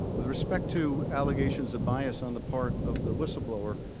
with respect to allegations of bias on the part of the whistleblower,